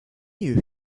you